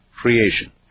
creation